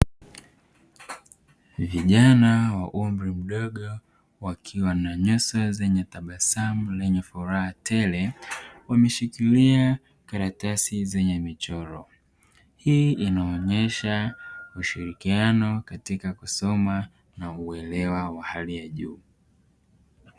Vijana wa umri mdogo, wakiwa na nyuso zenye tabasamu lenye furaha tele. Wameshikiria karatasi zenye michoro. Hii inaonyesha ushirikiano katika kusoma na uelewa wa hali ya juu.